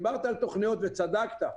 דיברת על תכניות וצדקת.